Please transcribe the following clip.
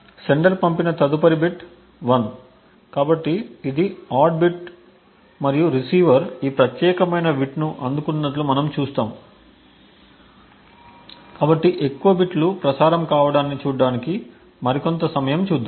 sender పంపిన తదుపరి bit 1 కాబట్టి ఇది ఆడ్ బిట్ మరియు రిసీవర్ ఈ ప్రత్యేకమైన బిట్ను అందుకున్నట్లు మనము చూస్తాము కాబట్టి ఎక్కువ బిట్లు ప్రసారం కావడాన్ని చూడటానికి మరికొంత సమయం చూద్దాం